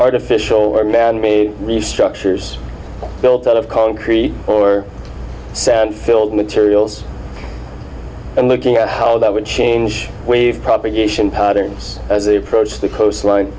artificial or manmade restructures built out of concrete or sand filled materials and looking at how that would change we've propagation patterns as they approach the coastline